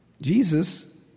Jesus